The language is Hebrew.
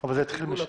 אבל זה התחיל משם.